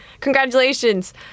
congratulations